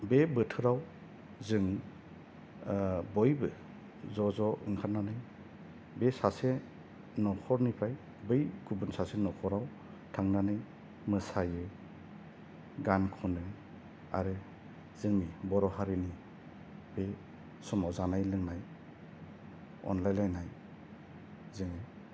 बे बोथोराव जों बयबो ज' ज' ओंखारनानै बे सासे न'खरनिफ्राय बै गुबुन सासे न'खराव थांनानै मोसायो गान खनो आरो जोंनि बर' हारिनि बे समाव जानाय लोंनाय अनलायलायनाय जोङो